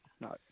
no